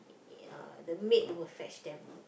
ya the maid will fetch them